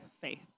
faith